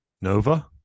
Nova